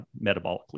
metabolically